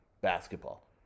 basketball